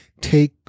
take